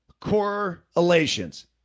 correlations